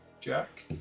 Jack